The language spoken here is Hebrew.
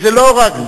כי זה לא רק,